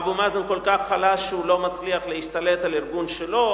אבו מאזן כל כך חלש שהוא לא מצליח להשתלט על הארגון שלו,